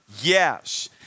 Yes